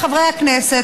חברי הכנסת,